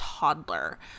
toddler